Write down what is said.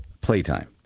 playtime